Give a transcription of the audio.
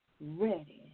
ready